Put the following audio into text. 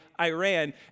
Iran